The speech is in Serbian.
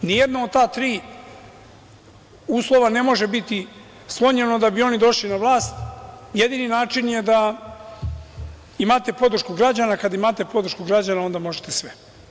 Nijedno od ta tri uslova ne može biti ispunjeno da bi oni došli na vlast, jedini način je da imate podršku građana, jer kada imate podršku građana onda možete sve.